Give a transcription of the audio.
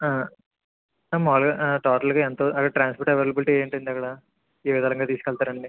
మామూలుగా టోటల్గా ఎంత ట్రాన్స్పోర్ట్ అవైలబిలిటీ ఏంటండి అక్కడ ఏ విధానంగా తీసుకెళ్తారండి